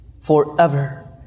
forever